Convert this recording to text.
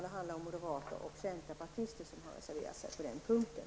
Det är moderater och centerpartister som har reserverat sig på den punkten.